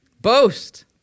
Boast